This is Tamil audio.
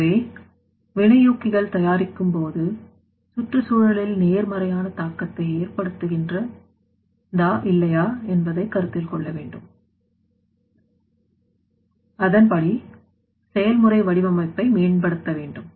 எனது வினையூக்கிகள் தயாரிக்கும்போது சுற்றுச்சூழலில் நேர்மறையான தாக்கத்தை ஏற்படுத்துகின்ற தான் இல்லையா என்பதை கருத்தில் கொண்டு அதன்படி செயல்முறை வடிவமைப்பை மேம்படுத்த வேண்டும்